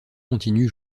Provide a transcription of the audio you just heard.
continu